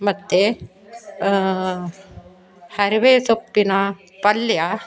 ಮತ್ತು ಅರಿವೆ ಸೊಪ್ಪಿನ ಪಲ್ಯ